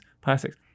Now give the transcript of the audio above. plastics